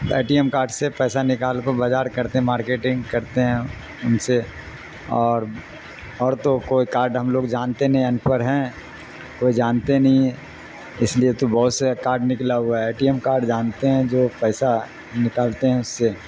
اے T M card سے پیسہ نکال کو بازار کرتے ہیں مارکیٹنگ کرتے ہیں ان سے اور اور تو کوئی کارڈ ہم لوگ جانتے نہیں ان پرڑھ ہیں کوئی جانتے نہیں ہے اس لیے تو بہت سے کارڈ نکلا ہوا ہے اے ٹی ایم کارڈ جانتے ہیں جو پیسہ نکالتے ہیں اس سے